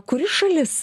kuri šalis